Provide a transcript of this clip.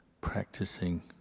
practicing